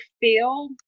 feel